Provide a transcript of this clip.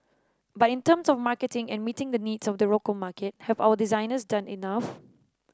but in terms of marketing and meeting the needs of the local market have our designers done enough